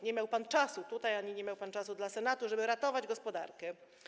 Nie miał pan czasu tutaj ani nie miał pan czasu dla Senatu, żeby ratować gospodarkę.